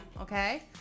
Okay